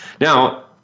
Now